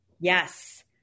yes